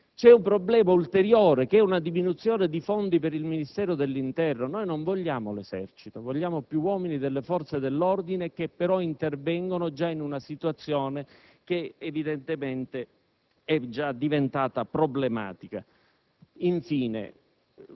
un problema ulteriore, quello della diminuzione di fondi per il Ministero dell'interno. Noi non vogliamo l'Esercito; vogliamo più uomini delle forze dell'ordine che però intervengono in una situazione che è ormai diventata problematica. Infine,